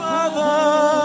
Father